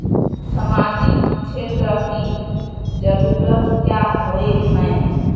सामाजिक क्षेत्र की जरूरत क्याँ होय है?